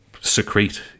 secrete